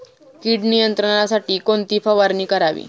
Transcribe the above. कीड नियंत्रणासाठी कोणती फवारणी करावी?